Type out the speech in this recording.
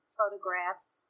photographs